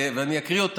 ואני אקריא,